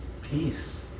Peace